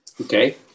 okay